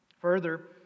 Further